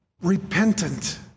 Repentant